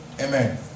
Amen